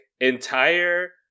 entire